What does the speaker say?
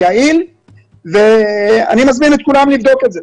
יעיל ואני מזמין את כולם לבדוק את זה.